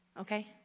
okay